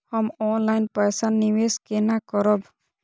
हम ऑनलाइन पैसा निवेश केना करब?